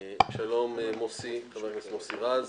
שלום, חבר הכנסת מוסי רז.